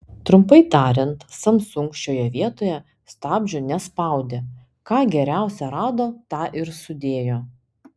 trumpai tariant samsung šioje vietoje stabdžių nespaudė ką geriausio rado tą ir sudėjo